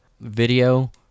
video